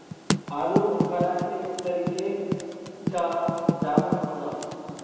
आलूबोखारा एक तरीके क जामुन होला